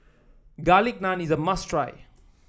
Garlic Naan is a must try